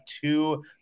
two